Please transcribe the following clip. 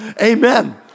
Amen